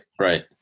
right